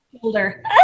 shoulder